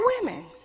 women